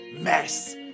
mess